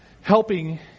helping